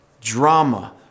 drama